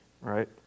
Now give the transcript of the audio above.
right